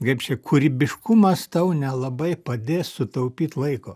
kaip čia kūrybiškumas tau nelabai padės sutaupyt laiko